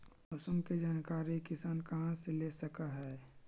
मौसम के जानकारी किसान कहा से ले सकै है?